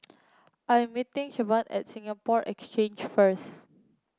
I am meeting Shavon at Singapore Exchange first